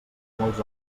molts